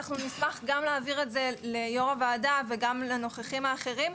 אנחנו נשמח גם להעביר את זה ליו"ר הוועדה וגם לנוכחים האחרים.